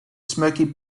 smoky